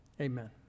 amen